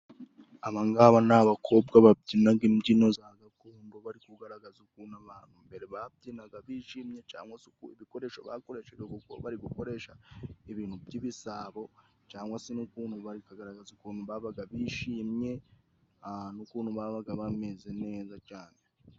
Aba ng'aba ni abakobwa babyinaga imbyino za gakondo, bari kugaragaza ukuntu abantu mbere babyinaga bishimye cangwa se ibikoresho bakoreshaga, kuko bari gukoresha ibintu by'ibisabo cangwa se bari kugaragaza ukuntu babaga bishimye n'ukuntu babaga bameze neza cane.